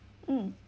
mm